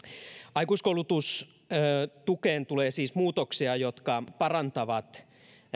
aikuiskoulutustukeen tulee siis muutoksia jotka parantavat